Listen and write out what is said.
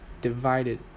divided